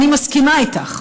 אני מסכימה איתך.